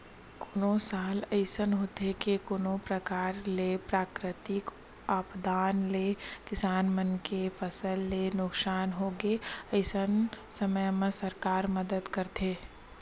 कोनो साल अइसन होथे के कोनो परकार ले प्राकृतिक आपदा ले किसान मन के फसल के नुकसानी होगे अइसन समे म सरकार मदद करथे